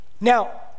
now